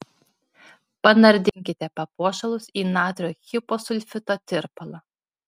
panardinkite papuošalus į natrio hiposulfito tirpalą